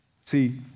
See